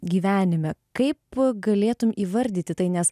gyvenime kaip galėtum įvardyti tai nes